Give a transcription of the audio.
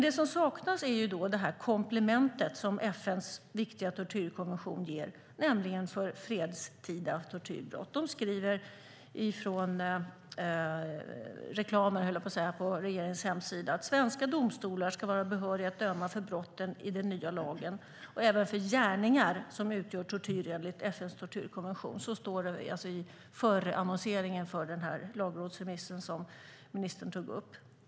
Det som saknas är det komplement som FN:s viktiga tortyrkonvention ger och som gäller fredstida tortyrbrott. Man skriver på regeringens hemsida i förannonseringen för den lagrådsremiss som ministern tog upp: "Svenska domstolar skall vara behöriga att döma för brotten i den nya lagen och även för gärningar som utgör tortyr enligt FN:s tortyrkonvention."